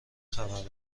خبره